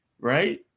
right